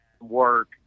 work